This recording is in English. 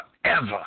forever